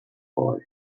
boy